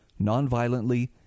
nonviolently